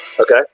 Okay